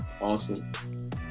awesome